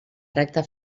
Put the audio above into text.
recta